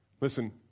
listen